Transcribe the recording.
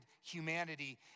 humanity